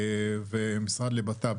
והמשרד לבט"פ,